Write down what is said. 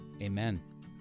amen